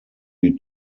die